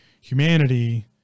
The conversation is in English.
humanity